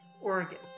Oregon